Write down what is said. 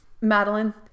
Madeline